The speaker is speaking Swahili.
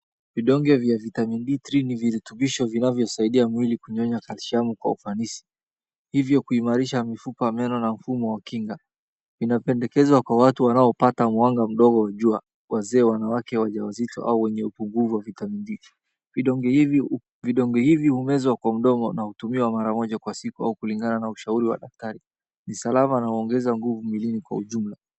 Vidonge vya vitamini B3 ni virutubisho vinavyosaidia mwili kunyonya kalshamu kwa ufanisi. Hivyo, kuimarisha mifupa ya meno na mfumo wa kinga. Inapendekezwa kwa watu wanaopata mwanga mdogo wa jua, wazee, wanawake wajawazito au wenye upungufu wa vitamini D. Vidonge hivi, vidonge hivi humezwa kwa mdongo na hutumiwa mara moja kwa siku au kulingana na ushauri wa daktari. Ni salama na huongeza nguvu mwilini kwa ujumla.